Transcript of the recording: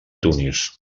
tunis